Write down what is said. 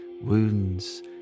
wounds